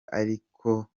ariko